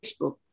Facebook